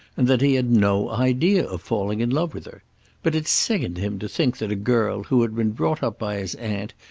and that he had no idea of falling in love with her but it sickened him to think that a girl who had been brought up by his aunt,